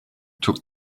took